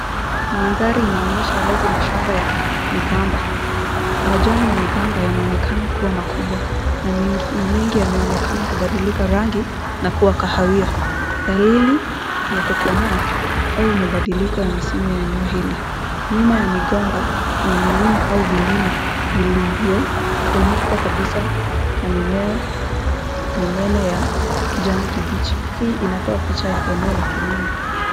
Mandhari inaonyesha wazi mashamba ya migomba. Majani ya migomba yanaonekana kuwa makubwa na mengi yameonekana kubadilika rangi na kuwa kahawia, dalili ya kukomaa au mabadiliko ya misimu ya eneo hili. Nyuma ya migomba kuna milima au vilima vilivyofunikwa kabisa na mimea minene ya kijani kibichi. Hii inatoa picha ya eneo la kilimo.